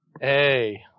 Hey